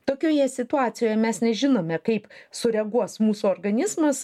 tokioje situacijoje mes nežinome kaip sureaguos mūsų organizmas